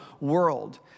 world